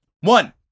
One